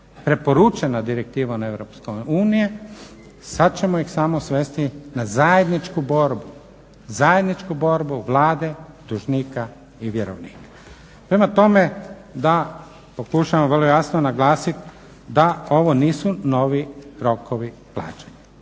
preporučena direktivom Europske unije sad ćemo ih samo svesti na zajedničku borbu Vlade, dužnika i vjerovnika. Prema tome, da pokušamo vrlo jasno naglasiti da ovo nisu novi rokovi plaćanja.